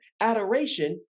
adoration